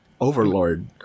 Overlord